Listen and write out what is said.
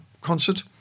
concert